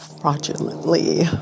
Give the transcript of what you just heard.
fraudulently